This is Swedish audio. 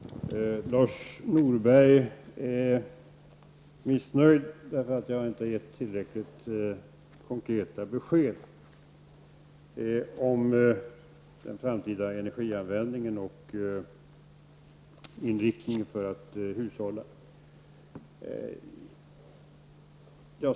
Fru talman! Lars Norberg är missnöjd, därför att jag inte har gett tillräckligt konkreta besked om den framtida energianvändningen och inriktningen för att hushålla.